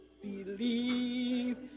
believe